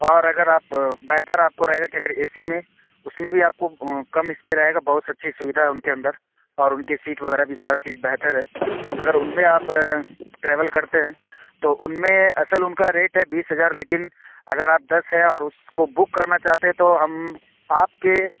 اور اگر آپ بہتر آپ کو رہے گا کدھر اے سی میں اُس میں بھی آپ کو کم اِس میں رہے گا بہت اچھی سویدھا ہے اُن کے اندر اور اُن کے سیٹ وغیرہ بھی سارا چیز بہتر ہے اگر اُن میں آپ ٹریول کرتے ہیں تو اُن میں اصل اُن کا ریٹ ہے بیس ہزار لیکن اگر آپ دس ہیں اور اُس کو بک کرنا چاہتے ہیں تو ہم آپ کے